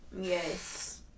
Yes